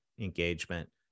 engagement